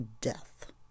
death